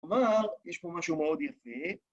אבל יש פה משהו מאוד יפה